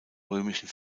römischen